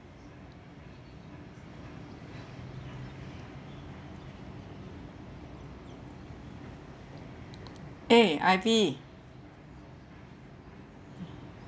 eh ivy